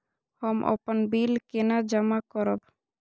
हम अपन बिल केना जमा करब?